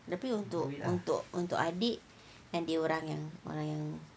tapi untuk untuk untuk adik dia orang yang orang yang